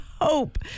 hope